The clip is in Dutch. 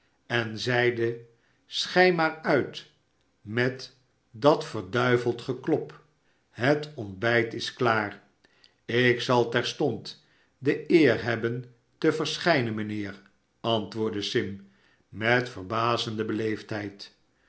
en zeide schei maar uit met dat verduiveld geklop het ontbijt is klaar ik zal terstond de eer hebben te verschijnen mijnheerl antwoordde sim met verbazende